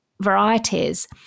varieties